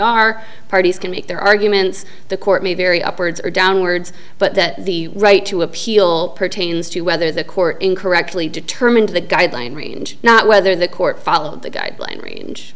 are parties can make their arguments the court may vary upwards or downwards but that the right to appeal pertains to whether the court incorrectly determined the guideline range not whether the court follow the guidelines range